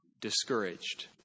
discouraged